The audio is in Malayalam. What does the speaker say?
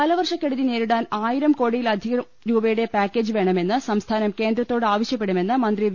കാലവർഷ കെടുതി നേരിടാൻ ആയിരംകോടിയിലേറെ രൂപയുടെ പാക്കേജ് വേണമെന്ന് സംസ്ഥാനം കേന്ദ്രത്തോട് ആവശ്യപ്പെടുമെന്ന് മന്ത്രി വി